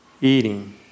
eating